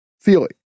feeling